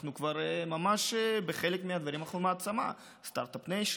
כבר בחלק מהדברים אנחנו ממש מעצמה, סטרטאפ ניישן.